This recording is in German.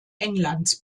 englands